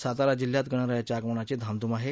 सातारा जिल्ह्यात गणरायाच्या आगमनाची धामधूम आहे